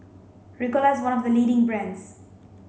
Ricola is one of the leading brands